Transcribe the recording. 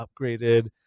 upgraded